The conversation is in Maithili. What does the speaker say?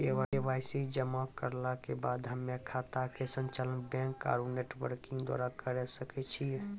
के.वाई.सी जमा करला के बाद हम्मय खाता के संचालन बैक आरू नेटबैंकिंग द्वारा करे सकय छियै?